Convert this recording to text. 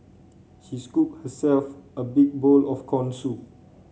she scooped herself a big bowl of corn soup